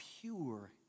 pure